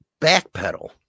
backpedal